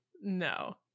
No